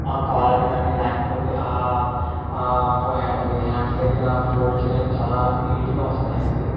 ఆ కాలర్ కానీ లేకపోతే ఫోల్డ్ హ్యాండ్ అది హ్యాండ్స్ దగ్గర ఫోల్డ్స్ కానీ చాలా నీట్ గా వస్తున్నాయండి